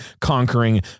conquering